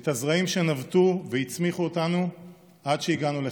את הזרעים שנבטו והצמיחו אותנו עד שהגענו לכאן.